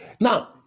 Now